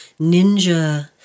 ninja